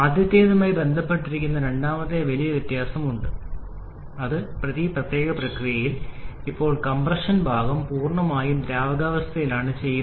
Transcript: ആദ്യത്തേതുമായി ബന്ധപ്പെട്ടിരിക്കുന്ന രണ്ടാമത്തെ വലിയ വ്യത്യാസം ഉണ്ട് പ്രത്യേക പ്രക്രിയയിൽ ഇവിടെ കംപ്രഷൻ ഭാഗം പൂർണ്ണമായും ദ്രാവകാവസ്ഥയിലാണ് ചെയ്യുന്നത്